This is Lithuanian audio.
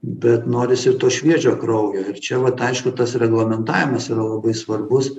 bet norisi ir to šviežio kraujo ir čia vat aišku tas reglamentavimas yra labai svarbus